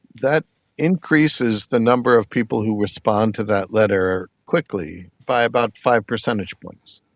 that increases the number of people who respond to that letter quickly by about five percentage points.